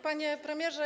Panie Premierze!